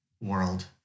world